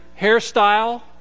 hairstyle